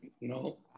No